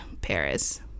Paris